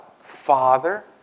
father